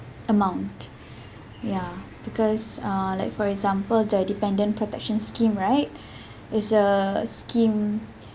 amount ya because uh like for example the dependent protection scheme right it's a scheme